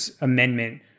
amendment